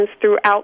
throughout